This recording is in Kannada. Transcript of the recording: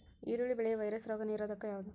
ಈರುಳ್ಳಿ ಬೆಳೆಯ ವೈರಸ್ ರೋಗ ನಿರೋಧಕ ಯಾವುದು?